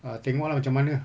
ah tengok lah macam mana